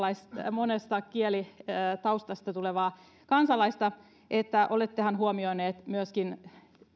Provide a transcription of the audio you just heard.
monesta kielitaustasta tulevaa kansalaista eli olettehan huomioineet myöskin